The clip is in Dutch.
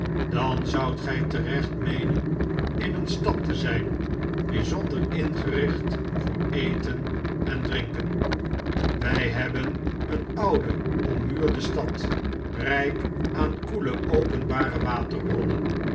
dan zoudt gij terecht meenen in een stad te zjjn bijzonder ingericht voor eten en drin ken wij hebben een oude ommuurde stad rjjk aan koele openbare